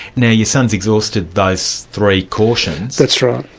now your son's exhausted those three cautions. that's right.